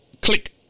click